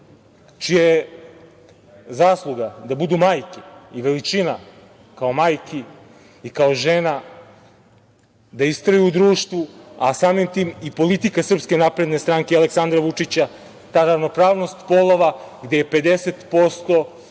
čija je zasluga da budu majke i veličina, kao majki i kao žena da istraju u društvu, a samim tim i politika SNS Aleksandra Vučića je ta ravnopravnost polova, gde je 50%